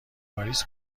واریز